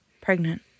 Pregnant